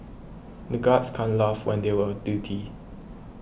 the guards can't laugh when they were on duty